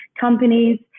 companies